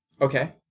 Okay